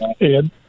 Ed